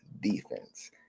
defense